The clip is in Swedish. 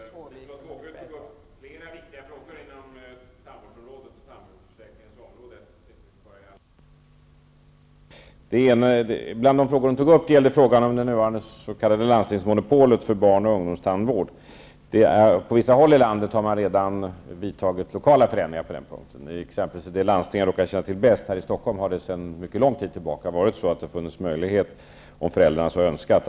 Fru talman! Liselotte Wågö tog upp flera viktiga frågor inom tandvårdsområdet och tandvårdsförsäkringens område. En av de frågorna gällde det nuvarande s.k. landstingsmonopolet för barn och ungdomstandvård. På vissa håll i landet har man redan genomfört lokala förändringar på den punkten. Exempelvis i det landsting jag råkar känna till bäst, här i Stockholm, har möjligheten att anlita privattandläkare funnits sedan mycket lång tid tillbaka, om föräldrarna så önskat.